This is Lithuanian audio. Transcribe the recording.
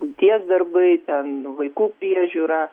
buities darbai ten vaikų priežiūra